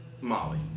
Molly